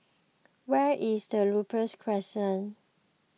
where is Ripley Crescent